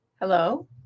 Hello